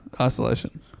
Isolation